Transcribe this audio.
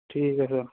ਠੀਕ ਹੈ ਸਰ